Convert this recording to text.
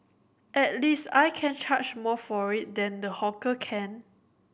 at least I can charge more for it than the hawker can